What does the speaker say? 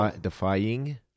Defying